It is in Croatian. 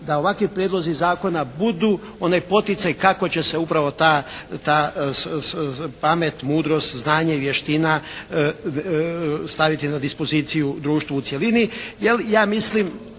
da ovakvi prijedlozi zakona budu onaj poticaj kako će se upravo ta pamet, mudrost, znanje i vještina staviti na dispoziciju društvu u cjelini,